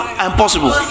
impossible